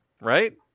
right